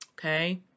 Okay